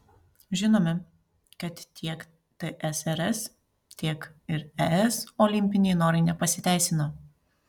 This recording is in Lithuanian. žinome kad tiek tsrs tiek ir es olimpiniai norai nepasiteisino